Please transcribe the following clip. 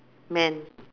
men